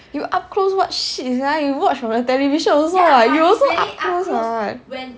you up close what shit sia you watched on the television also [what] you also up close [what]